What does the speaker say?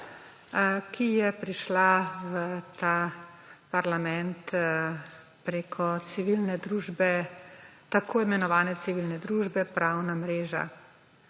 ki je prišla v ta parlament prek tako imenovane civilne družbe Pravna mreža.